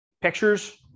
pictures